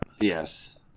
Yes